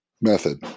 method